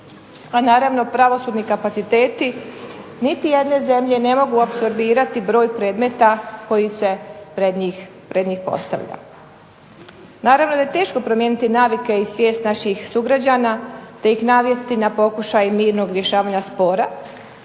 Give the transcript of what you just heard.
A naravno, pravosudni kapaciteti niti jedne zemlje ne mogu apsorbirati broj predmeta koji se pred njih postavlja. Naravno da je teško promijeniti navike i svijest naših sugrađana te ih navesti na pokušaj mirnog rješavanja spora,